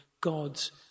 God's